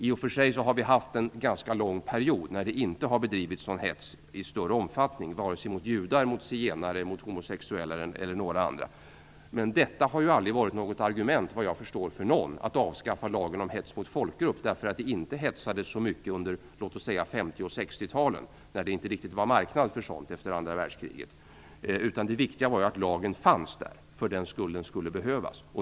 I och för sig har vi haft en ganska lång period då det inte har bedrivits hets i någon större omfattning mot vare sig judar, zigenare, homosexuella eller andra. Men detta har, vad jag förstår, aldrig varit ett argument för att avskaffa lagen om hets mot folkgrupp. Det hetsades inte så mycket under 50 och 60-talen eftersom det efter andra världskriget inte riktigt fanns en marknad för sådant. Det viktiga var att lagen fanns där för den händelse att den skulle behövas.